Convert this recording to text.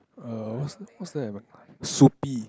err what's what's there at soupy